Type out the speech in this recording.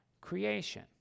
creation